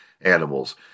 animals